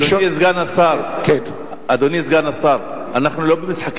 יודגש כי נמסרו הודעות מסודרות לציבור הלקוחות